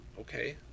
okay